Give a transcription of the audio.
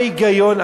מה ההיגיון?